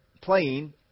playing